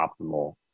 optimal